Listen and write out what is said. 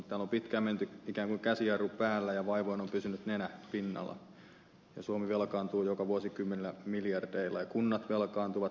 täällä on pitkään menty ikään kuin käsijarru päällä ja vaivoin on pysynyt nenä pinnalla ja suomi velkaantuu joka vuosi kymmenillä miljardeilla ja kunnat velkaantuvat